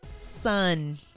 Sun